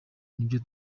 nibyo